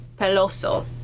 peloso